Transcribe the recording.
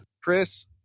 Chris